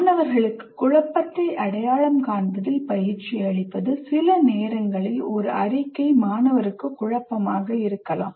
மாணவர்களுக்கு குழப்பத்தை அடையாளம் காண்பதில் பயிற்சி அளிப்பது சில நேரங்களில் ஒரு அறிக்கை மாணவருக்கு குழப்பமாக இருக்கலாம்